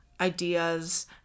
ideas